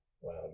Wow